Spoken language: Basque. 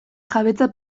jabetza